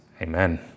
Amen